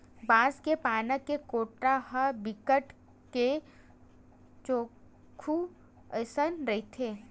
बांस के पाना के कोटा ह बिकट के चोक्खू अइसने रहिथे